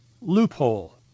loophole